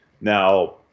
Now